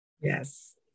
Yes